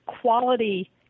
quality